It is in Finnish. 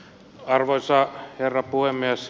arvoisa herra puhemies